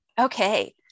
Okay